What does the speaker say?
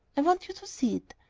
i want you to see it.